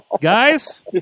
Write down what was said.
Guys